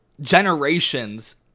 generations